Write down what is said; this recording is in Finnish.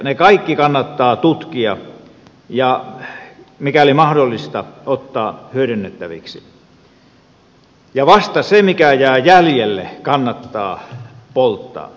ne kaikki kannattaa tutkia ja mikäli mahdollista ottaa hyödynnettäviksi ja vasta se mikä jää jäljelle kannattaa polttaa